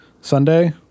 Sunday